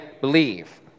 believe